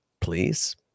please